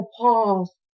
pause